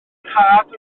nhad